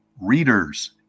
readers